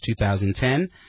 2010